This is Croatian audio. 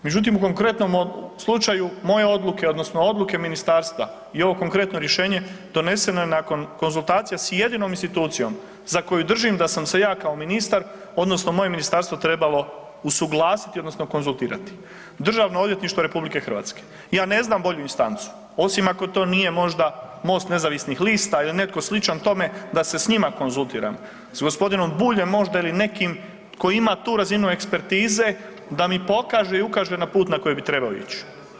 Međutim u konkretnom slučaju moje odluke odnosno odluke ministarstva i ovo konkretno rješenje doneseno je nakon konzultacija s jedinom institucijom za koju držim da sam se ja kao ministar odnosno moje ministarstvo trebalo usuglasiti odnosno konzultirati, Državno odvjetništvo RH, ja ne znam bolju instancu osim ako to nije možda MOST nezavisnih lista ili netko sličan tome da se s njima konzultiram, s gospodinom Buljem možda ili nekim tko ima tu razinu ekspertize da mi pokaže i ukaže na put na koji bi trebao ići.